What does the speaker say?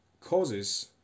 causes